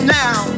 now